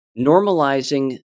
Normalizing